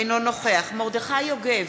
אינו נוכח מרדכי יוגב,